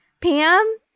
Pam